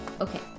Okay